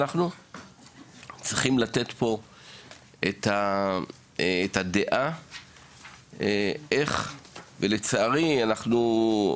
צריכים לתת פה את הדעה לאיך לטפל בזה.